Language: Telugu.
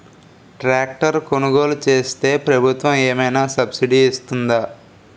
ట్రాక్టర్ కొనుగోలు చేస్తే ప్రభుత్వం ఏమైనా సబ్సిడీ ఇస్తుందా?